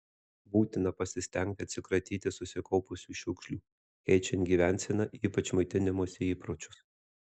būtina pasistengti atsikratyti susikaupusių šiukšlių keičiant gyvenseną ypač maitinimosi įpročius